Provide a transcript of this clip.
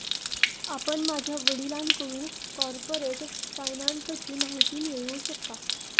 आपण माझ्या वडिलांकडून कॉर्पोरेट फायनान्सची माहिती मिळवू शकता